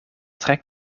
tre